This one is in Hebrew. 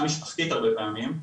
באמת תמיכה משפחתית הרבה פעמים.